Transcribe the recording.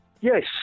yes